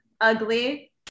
ugly